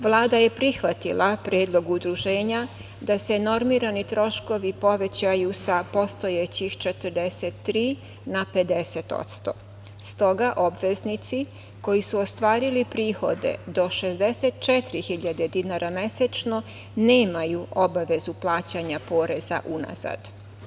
Vlada je prihvatila Predlog udruženja da se normirani troškovi povećaju sa postojećih 43 na 50%, stoga obveznici koji su ostvarili prihode do 64.000 dinara mesečno nemaju obavezu plaćanja poreza unazad.